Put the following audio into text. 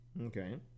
Okay